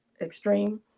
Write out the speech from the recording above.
extreme